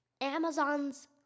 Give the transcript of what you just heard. Amazon's